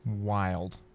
Wild